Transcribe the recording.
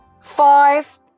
five